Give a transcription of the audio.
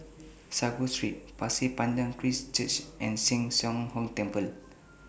Sago Street Pasir Panjang Christ Church and Sheng Song Hong Temple